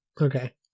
Okay